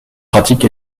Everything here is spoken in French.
pratique